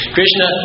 Krishna